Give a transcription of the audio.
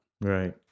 Right